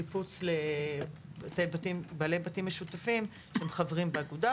שיפוץ לבעלי בתים משותפים שחברים באגודה,